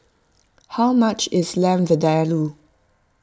how much is Lamb Vindaloo